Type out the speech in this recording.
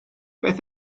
beth